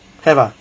app ah